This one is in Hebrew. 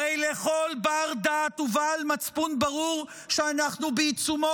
הרי לכל בר-דעת ובעל מצפון ברור שאנחנו בעיצומו